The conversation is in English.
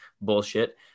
bullshit